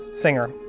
singer